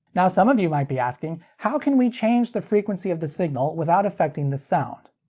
now some of you might be asking, how can we change the frequency of the signal without affecting the sound?